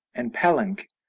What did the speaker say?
and palenque,